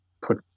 put